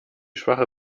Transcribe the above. schwache